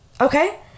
okay